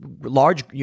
large